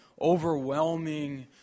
overwhelming